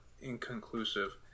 inconclusive